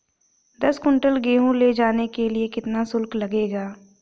दस कुंटल गेहूँ ले जाने के लिए कितना शुल्क लगेगा?